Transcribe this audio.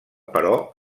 però